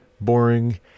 boring